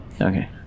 okay